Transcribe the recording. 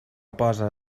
posa